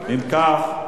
אם כך,